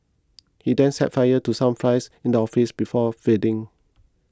he then set fire to some files in the office before fleeing